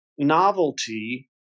Novelty